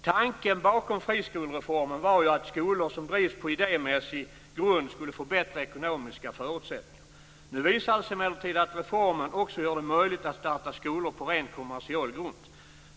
Tanken bakom friskolereformen var ju att skolor som drivs på idémässig grund skulle få bättre ekonomiska förutsättningar. Nu visar det sig emellertid att reformen också gör det möjligt att starta skolor på rent kommersiell grund.